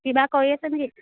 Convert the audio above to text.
কিবা কৰি আছানে কি